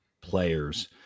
players